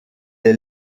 est